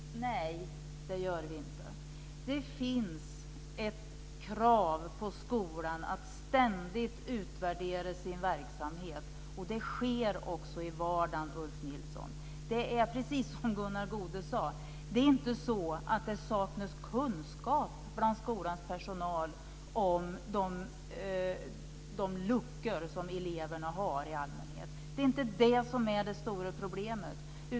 Fru talman! Nej, det gör vi inte. Det finns ett krav på skolan att ständigt utvärdera sin verksamhet, och det sker också i vardagen, Ulf Nilsson. Det är inte så att det saknas kunskap bland skolans personal om de luckor som eleverna har, precis som Gunnar Goude sade. Det inte det som är det stora problemet.